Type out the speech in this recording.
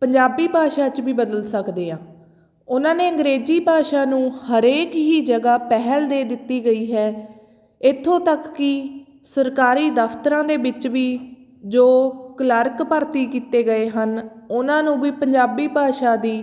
ਪੰਜਾਬੀ ਭਾਸ਼ਾ 'ਚ ਵੀ ਬਦਲ ਸਕਦੇ ਹਾਂ ਉਹਨਾਂ ਨੇ ਅੰਗਰੇਜ਼ੀ ਭਾਸ਼ਾ ਨੂੰ ਹਰੇਕ ਹੀ ਜਗ੍ਹਾ ਪਹਿਲ ਦੇ ਦਿੱਤੀ ਗਈ ਹੈ ਇੱਥੋਂ ਤੱਕ ਕਿ ਸਰਕਾਰੀ ਦਫ਼ਤਰਾਂ ਦੇ ਵਿੱਚ ਵੀ ਜੋ ਕਲਰਕ ਭਰਤੀ ਕੀਤੇ ਗਏ ਹਨ ਉਹਨਾਂ ਨੂੰ ਵੀ ਪੰਜਾਬੀ ਭਾਸ਼ਾ ਦੀ